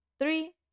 three